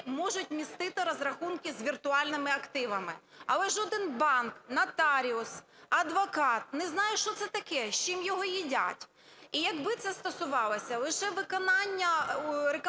можуть містити розрахунки з віртуальними активами. Але жоден банк, нотаріус, адвокат не знає, що це таке, з чим його їдять. І якби це стосувалося лише виконання рекомендацій